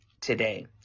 today